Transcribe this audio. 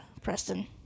Preston